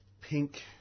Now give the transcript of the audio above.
pink